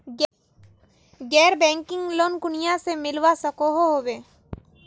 गैर banking loan कुनियाँ से मिलवा सकोहो होबे?